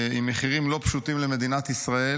עם מחירים לא פשוטים למדינת ישראל,